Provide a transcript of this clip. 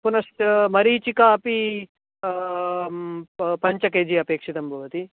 पुनश्च मरीचिका अपि पञ्च के जि अपेक्षितं भवति